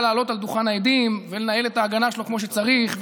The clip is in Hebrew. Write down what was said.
לעלות על דוכן העדים ולנהל את ההגנה שלו כמו שצריך,